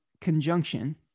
conjunction